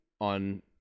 on